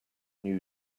new